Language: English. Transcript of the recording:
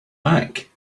back